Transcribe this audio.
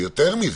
יותר מזה,